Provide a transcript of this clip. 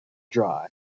dry